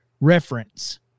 reference